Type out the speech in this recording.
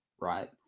right